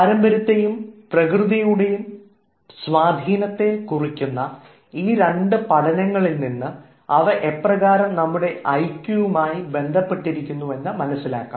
പാരമ്പര്യത്തെയും പ്രകൃതിയുടെയും സ്വാധീനത്തെ കുറിക്കുന്ന ഈ രണ്ടു പഠനങ്ങളിൽ നിന്ന് അവ എപ്രകാരം നമ്മുടെ ഐക്യവുമായി ബന്ധപ്പെട്ടിരിക്കുന്നു എന്ന് മനസ്സിലാക്കാം